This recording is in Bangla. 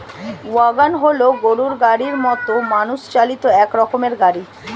ওয়াগন হল গরুর গাড়ির মতো মানুষ চালিত এক রকমের গাড়ি